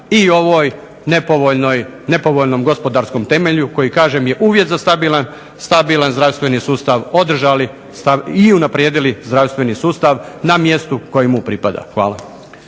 i ovoj nepovoljnom gospodarskom temelju koji kažem je uvjet za stabilan zdravstveni sustav, održali i unaprijedili zdravstveni sustav na mjestu koje mu pripada. Hvala.